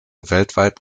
weltweit